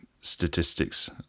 statistics